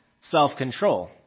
self-control